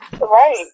right